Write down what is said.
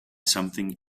something